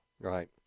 Right